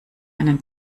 einen